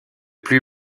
plus